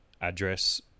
address